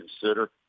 consider